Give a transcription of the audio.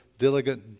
diligent